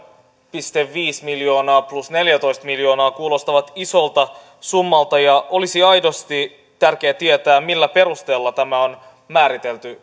pilkku viisi miljoonaa plus neljätoista miljoonaa kuulostaa isolta summalta ja olisi aidosti tärkeä tietää millä perusteella tämä on määritelty